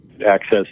access